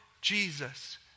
Jesus